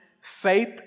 faith